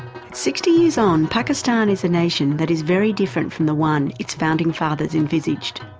sixty years on, pakistan is a nation that is very different from the one its founding fathers envisaged.